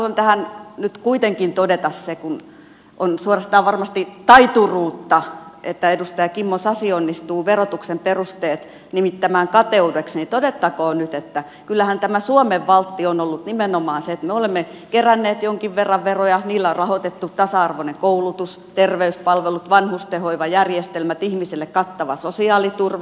haluan tähän nyt kuitenkin todeta sen kun on suorastaan varmasti taituruutta että edustaja kimmo sasi onnistuu verotuksen perusteet nimittämään kateudeksi että kyllähän tämä suomen valtti on ollut nimenomaan se että me olemme keränneet jonkin verran veroja niillä on rahoitettu tasa arvoinen koulutus terveyspalvelut vanhustenhoivajärjestelmät ihmisille kattava sosiaaliturva